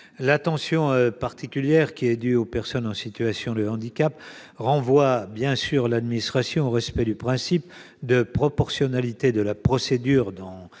L'attention particulière qui est due aux personnes en situation de handicap renvoie, bien sûr, l'administration au respect du principe de proportionnalité de la procédure